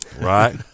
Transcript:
right